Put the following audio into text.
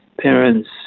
parents